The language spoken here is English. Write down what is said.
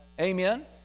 amen